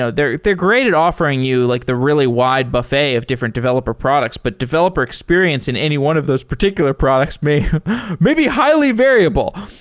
so they're they're great at offering you like the really wide buffet of different developer products, but developer experience in any one of those particular products maybe maybe highly variable.